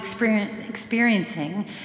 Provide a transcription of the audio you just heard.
experiencing